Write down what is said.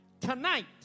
tonight